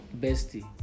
bestie